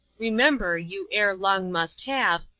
remember you ere long must have,